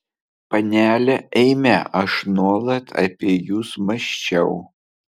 panele eime aš nuolat apie jus mąsčiau